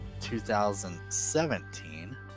2017